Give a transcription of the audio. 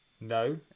No